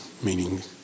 meaning